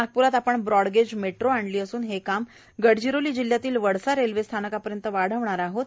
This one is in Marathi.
नागपुरात आपण ब्रॉडगेज मेट्रो आणली असून हे काम गडचिरोली जिल्ह्यातील वडसा रेल्वेस्थानकापर्यंत वाढवणार आहोत